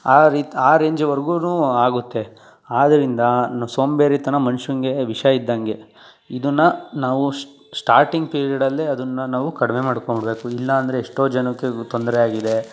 ಆ ರೀತಿ ಆ ರೇಂಜ್ವರ್ಗೂ ಆಗುತ್ತೆ ಆದ್ದರಿಂದ ಸೋಂಬೇರಿತನ ಮನುಷ್ಯಂಗೆ ವಿಷ ಇದ್ದಂಗೆ ಇದನ್ನು ನಾವು ಶ್ಟಾರ್ಟಿಂಗ್ ಪಿರ್ಯಡಲ್ಲೇ ಅದನ್ನು ನಾವು ಕಡಿಮೆ ಮಾಡ್ಕೊಂಡು ಬಿಡ್ಬೇಕು ಇಲ್ಲ ಅಂದರೆ ಎಷ್ಟೋ ಜನಕ್ಕೆ ಗು ತೊಂದರೆ ಆಗಿದೆ